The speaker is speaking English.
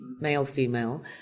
male-female